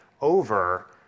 over